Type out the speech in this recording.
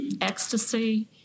Ecstasy